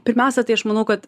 pirmiausia tai aš manau kad